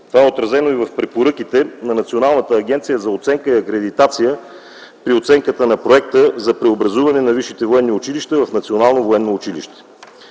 Това е отразено и в препоръките на Националната агенция за оценка и акредитация при оценката на проекта за преобразуване на висшите военни училища в Национално военно училище.